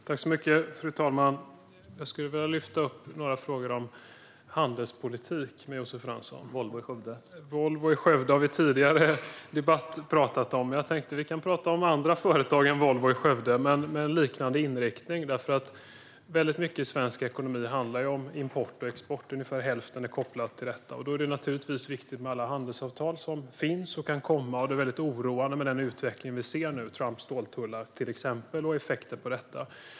Fru talman! Jag skulle vilja ta upp några frågor om handelspolitik med Josef Fransson. : Volvo i Skövde!) Volvo i Skövde har vi tidigare debattpratat om. Jag tänker att vi kan prata om andra företag än Volvo i Skövde men med liknande inriktning, för mycket av svensk ekonomi handlar ju om import och export. Ungefär hälften är kopplad till detta, och då är det naturligtvis viktigt med alla handelsavtal som finns och kan komma. Det är en oroande utveckling vi ser nu med till exempel Trumps ståltullar och effekter av dessa.